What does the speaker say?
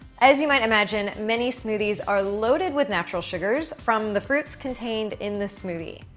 as you might imagine, many smoothies are loaded with natural sugars from the fruits contained in the smoothie.